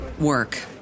work